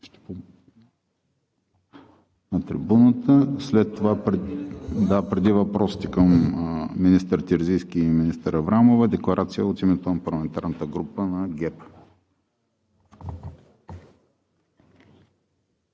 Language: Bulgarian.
въпроси към Вас. Преди въпросите към министър Терзийски и министър Аврамова декларация от името на парламентарната група на ГЕРБ.